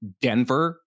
Denver